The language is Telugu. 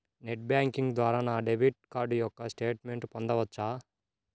నెట్ బ్యాంకింగ్ ద్వారా నా డెబిట్ కార్డ్ యొక్క స్టేట్మెంట్ పొందవచ్చా?